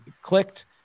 clicked